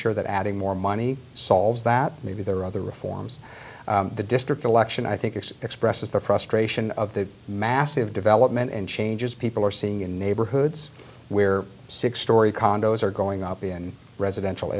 that adding more money solves that maybe there are other reforms the district election i think it expresses the frustration of the massive development and changes people are seeing in neighborhoods where six storey condos are going up in residential